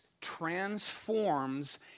transforms